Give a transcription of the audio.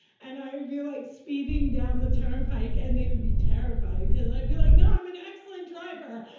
and i would be like speeding down the turnpike, and they would be terrified. because i'd be like, no, i'm an excellent driver.